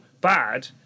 bad